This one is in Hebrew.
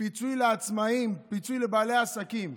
לפיצוי עצמאים ולפיצוי בעלי העסקים.